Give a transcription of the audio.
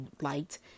liked